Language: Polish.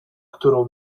którą